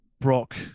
brock